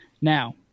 Now